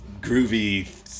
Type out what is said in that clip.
groovy